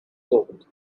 gold